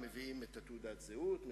אני ראיתי מה הולך פה, לשנות חוק.